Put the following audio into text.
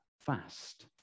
fast